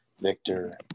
Victor